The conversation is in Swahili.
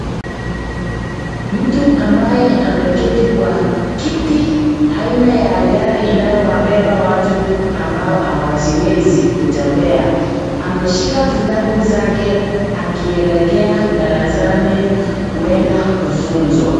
Mtu ambaye ameketi kwa kiti, aina ya gari inayowabeba watu ambao hawajiwezi kutembea, ameshika vitabu zake akielekea darasani kwenda kufunzwa.